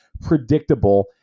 predictable